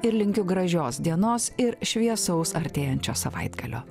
ir linkiu gražios dienos ir šviesaus artėjančio savaitgalio